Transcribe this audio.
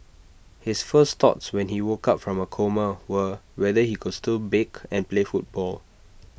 his first thoughts when he woke up from A coma were whether he could still bake and play football